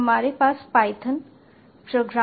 हमारे पास Python programtxt है